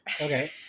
Okay